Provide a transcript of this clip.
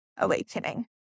awakening